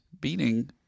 beating